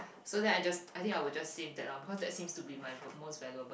so then I just I would just save that lor because that seems to be my most valuable